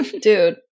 Dude